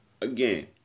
again